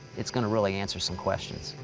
it's gonna really answer some questions.